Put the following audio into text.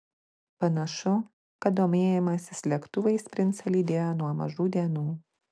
panašu kad domėjimasis lėktuvais princą lydėjo nuo mažų dienų